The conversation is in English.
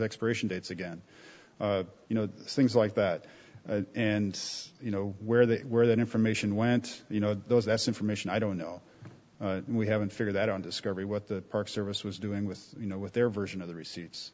expiration dates again you know things like that and you know where they where that information went you know those that's information i don't know we haven't figured out on discovery what the park service was doing with you know with their version of the receipts